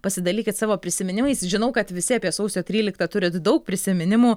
pasidalykit savo prisiminimais žinau kad visi apie sausio tryliktą turit daug prisiminimų